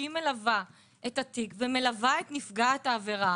שהיא מלווה את התיק ומלווה את נפגעת העבירה